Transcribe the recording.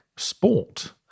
sport